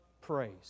praise